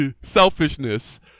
selfishness